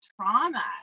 trauma